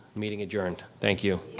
meeting adjourned, thank you.